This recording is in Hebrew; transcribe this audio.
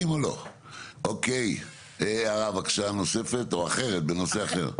אוקיי הערה בבקשה נוספת או בנושא אחר?